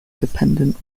dependent